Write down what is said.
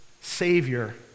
Savior